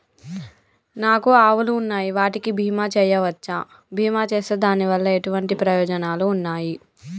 నాకు ఆవులు ఉన్నాయి వాటికి బీమా చెయ్యవచ్చా? బీమా చేస్తే దాని వల్ల ఎటువంటి ప్రయోజనాలు ఉన్నాయి?